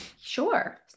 Sure